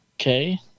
Okay